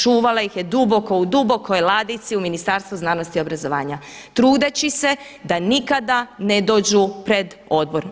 Čuvala ih je duboko u dubokoj ladici u Ministarstvu znanosti i obrazovanja trudeći se da nikada ne dođu pred odbor.